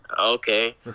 okay